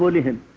but to him,